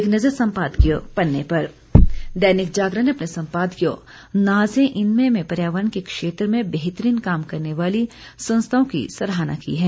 एक नज़र सम्पादकीय पन्ने पर दैनिक जागरण ने अपने संपादकीय नाज है इनपर में पर्यावरण के क्षेत्र में बेहतरीन काम करने वाली संस्थाओं की सराहना की है